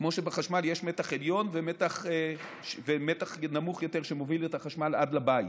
כמו שבחשמל יש מתח עליון ומתח נמוך יותר שמוביל את החשמל עד לבית,